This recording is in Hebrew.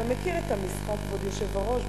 אתה מכיר את המשחק, כבוד היושב-ראש?